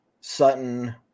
sutton